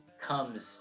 comes